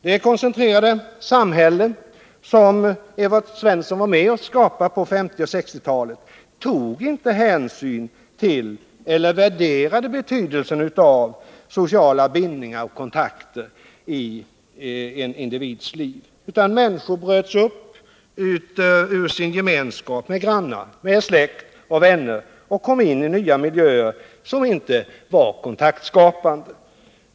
De koncentrerade samhällen som Evert Svensson var med om att skapa på 1950-1960-talen tog inte hänsyn till eller värderade betydelsen av sociala bindningar och kontakter i en individs liv. Människor bröts ut ur sin gemenskap med grannar, med släkt och vänner och kom ini en ny miljö som inte var kontaktskapande.